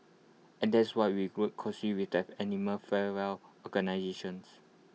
and that's why we work close with the animal fare well organisations